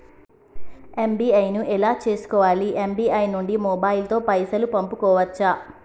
UPI ను ఎలా చేస్కోవాలి యూ.పీ.ఐ నుండి మొబైల్ తో పైసల్ పంపుకోవచ్చా?